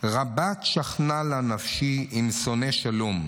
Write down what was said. "רבת שכנה לה נפשי עם שונא שלום.